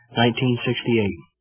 1968